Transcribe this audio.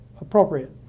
appropriate